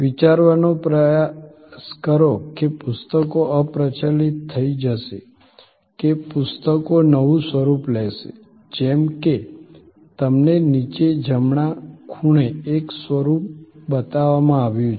વિચારવાનો પ્રયાસ કરો કે પુસ્તકો અપ્રચલિત થઈ જશે કે પુસ્તકો નવું સ્વરૂપ લેશે જેમ કે તમને નીચે જમણા ખૂણે એક સ્વરૂપ બતાવવામાં આવ્યું છે